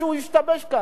משהו השתבש כאן.